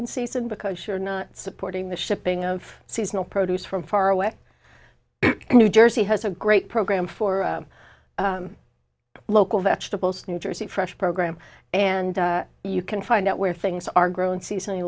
in season because you're not supporting the shipping of seasonal produce from far away and new jersey has a great program for local vegetables new jersey fresh program and you can find out where things are grown seasonally